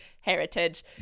Heritage